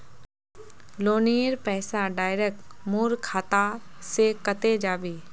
लोनेर पैसा डायरक मोर खाता से कते जाबे?